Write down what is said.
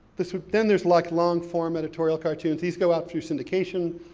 this would, then there's like long form editorial cartoons. these go out through syndication,